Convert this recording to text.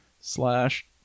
slash